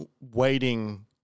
waiting